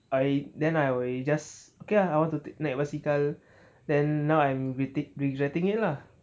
I then I will just okay lah I want to naik basikal then now I'm regr~ regretting it lah